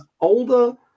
older